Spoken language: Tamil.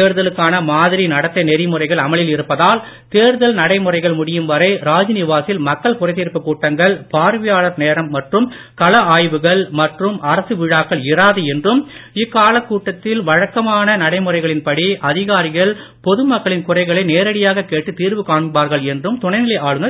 தேர்தலுக்கான மாதிரி நடத்தை நெறிமுறைகள் அமலில் இருப்பதால் தேர்தல் நடைமுறைகள் முடியும் வரை ராஜ்நிவாசில் மக்கள் குறைதீர்ப்பு கூட்டங்கள் பார்வையாளர் நேரம் மற்றும் களஆய்வுகள் மற்றும் அரசு விழாக்கள் இறாது என்றும் இக்காலக் கூட்டத்தில் வழக்கமான நடைமுறைகளின் படி அதிகாரிகள் பொதுமக்களின் குறைகளை நேரடியாக கேட்டு தீர்வு காண்பார்கள் என்றும்